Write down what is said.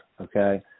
okay